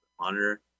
monitor